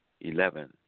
Eleven